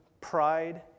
pride